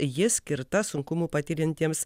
ji skirta sunkumų patiriantiems